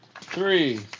three